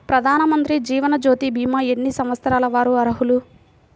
ప్రధానమంత్రి జీవనజ్యోతి భీమా ఎన్ని సంవత్సరాల వారు అర్హులు?